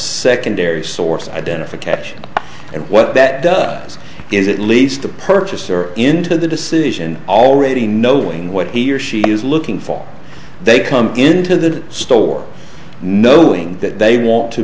secondary source identification and what that does is at least the purchaser into the decision already knowing what he or she is looking for they come into the store knowing that they want to